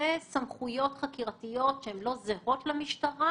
אלו סמכויות חקירתיות שהן לא זהות למשטרה,